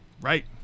Right